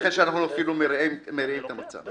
שאנחנו אפילו מרעים את המצב.